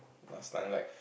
last time like